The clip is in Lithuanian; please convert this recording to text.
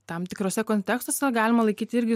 tam tikruose kontekstuose galima laikyti irgi